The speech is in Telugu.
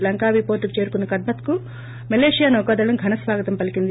లంకావీ వోర్లుకు చేరుకున్న కద్మత్కు మలేషియా నౌకాదళం ఘన స్వాగతం పలికింది